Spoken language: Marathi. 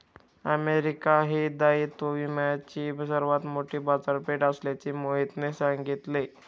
अमेरिका ही दायित्व विम्याची सर्वात मोठी बाजारपेठ असल्याचे मोहितने सांगितले